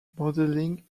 modelling